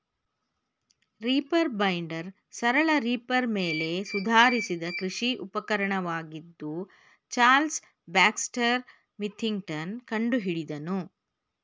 reaper binder ಸರಳ reaper ಮೇಲೆ ಸುಧಾರಿಸಿದ ಕೃಷಿ ಉಪಕರಣವಾಗಿದ್ದು ಚಾರ್ಲ್ಸ್ ಬ್ಯಾಕ್ಸ್ಟರ್ ವಿಥಿಂಗ್ಟನ್ ಕಂಡುಹಿಡಿದನು